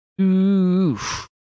Oof